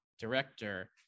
Director